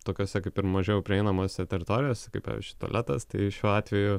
tokiose kaip ir mažiau prieinamose teritorijose kaip pavyzdžiui tualetas tai šiuo atveju